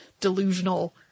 delusional